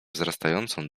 wzrastającą